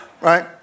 right